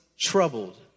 troubled